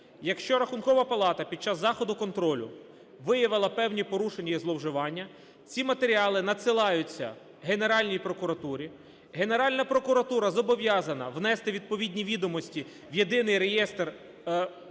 Якщо Рахункова палата під час заходу контролю виявила певні порушення і зловживання, ці матеріали надсилаються Генеральній прокуратурі, Генеральна прокуратура зобов'язана внести відповідні відомості в Єдиний реєстр проваджень,